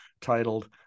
titled